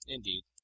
Indeed